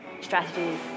strategies